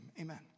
Amen